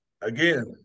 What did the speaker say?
again